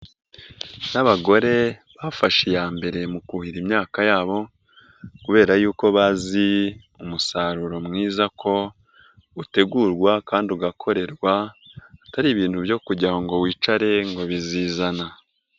N'abagore bafashe iya mbere mu kuhira imyaka yabo kubera yuko bazi, umusaruro mwiza ko utegurwa kandi ugakorerwa, atari ibintu byo kujya aho ngo wicare ngo bizizana.